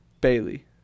Bailey